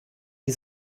die